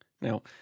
Now